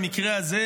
במקרה הזה,